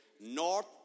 North